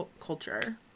culture